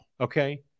Okay